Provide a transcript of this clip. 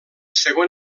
segon